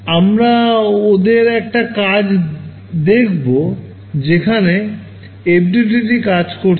আমরা ওঁদের একটা কাজ দেখবো যেখানে FDTD কাজ করছে